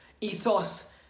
ethos